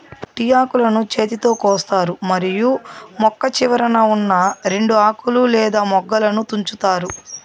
tea ఆకులను చేతితో కోస్తారు మరియు మొక్క చివరన ఉన్నా రెండు ఆకులు లేదా మొగ్గలను తుంచుతారు